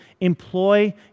employ